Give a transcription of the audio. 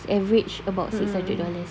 it's average about six hundred dollars